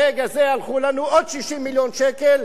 ברגע זה הלכו לנו עוד 60 מיליון שקל,